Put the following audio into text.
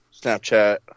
Snapchat